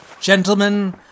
Gentlemen